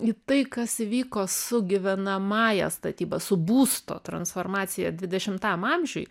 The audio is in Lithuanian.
į tai kas įvyko su gyvenamąja statyba su būsto transformacija dvidešimtam amžiuj